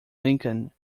lincoln